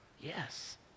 yes